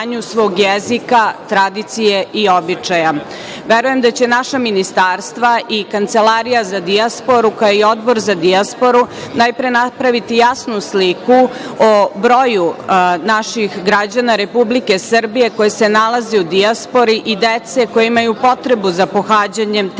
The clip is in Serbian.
svog jezika, tradicije i običaja. Verujem da će naša ministarstva i Kancelarija za Dijasporu, kao i Odbor za Dijasporu, najpre napraviti jasnu sliku o broju naših građana Republike Srbije koji se nalaze u Dijaspori i dece koja imaju potrebe za pohađanjem te